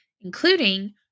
including